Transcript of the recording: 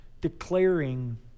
declaring